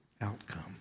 outcome